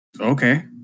okay